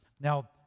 Now